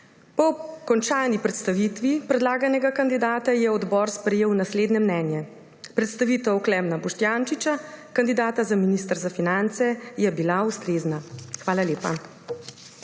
Po končani predstavitvi predlaganega kandidata je odbor sprejel naslednje mnenje: Predstavitev Klemna Boštjančiča, kandidata za ministra za finance, je bila ustrezna. Hvala lepa.